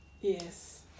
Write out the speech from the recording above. Yes